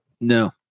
No